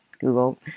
Google